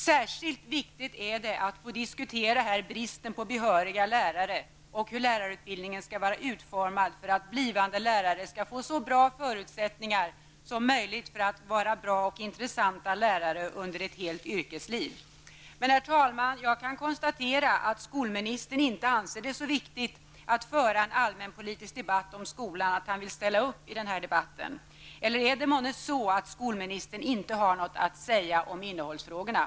Särskilt viktigt är det att här få diskutera frågan om bristen på behöriga lärare och frågan om hur lärarutbildningen skall vara utformad. Blivande lärare måste ju ha så goda förutsättningar som möjligt för att kunna vara bra och intressanta lärare under ett helt yrkesliv. Herr talman! Jag konstaterar emellertid att skolministern inte anser det vara så viktigt att föra en allmänpolitisk debatt om skolan att han behöver ställa upp i debatten. Eller är det månne så, att skolministern inte har något att säga om innehållsfrågorna?